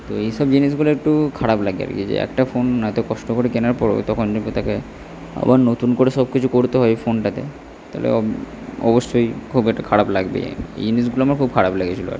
তো এই সব জিনিসগুলো একটু খারাপ লাগে আর কি যে একটা ফোন এত কষ্ট করে কেনার পরেও তখন তাকে আবার নতুন করে সব কিছু করতে হয় ফোনটাতে তাহলে অবশ্যই খুব একটা খারাপ লাগবে এই জিনিসগুলো আমার খুব খারাপ লেগেছিল আর কি